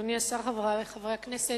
אדוני השר, חברי חברי הכנסת,